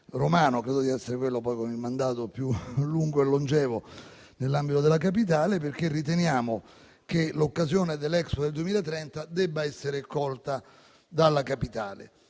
l'altro, di essere quello con il mandato più lungo e longevo nell'ambito della Capitale. Noi riteniamo che l'occasione dell'Expo 2030 debba essere colta dalla Capitale.